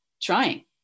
trying